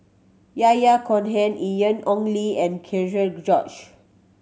Yahya Cohen Ian Ong Li and George